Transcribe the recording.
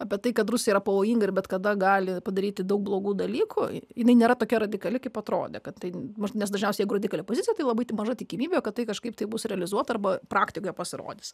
apie tai kad rusija yra pavojinga ir bet kada gali padaryti daug blogų dalykų jinai nėra tokia radikali kaip atrodė kad tai mus nes dažniausia jei radikali pozicija tai labai maža tikimybė kad tai kažkaip tai bus realizuoti arba praktika jo pasirodys